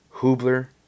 Hubler